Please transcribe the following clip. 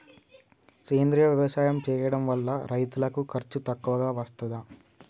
సేంద్రీయ వ్యవసాయం చేయడం వల్ల రైతులకు ఖర్చు తక్కువగా వస్తదా?